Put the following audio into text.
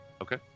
okay